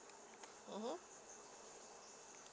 mmhmm